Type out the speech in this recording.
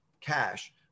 cash